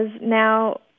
now